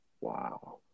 Wow